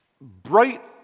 bright